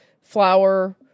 flour